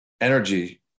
energy